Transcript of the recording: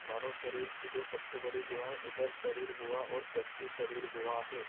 मानव शरीर की दो सबसे बड़ी गुहाएँ उदर शरीर गुहा और पृष्ठीय शरीर गुहा है